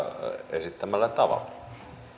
esittämällä tavalla